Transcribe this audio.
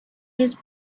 his